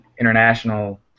international